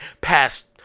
past